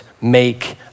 make